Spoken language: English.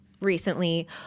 recently